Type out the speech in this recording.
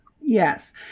Yes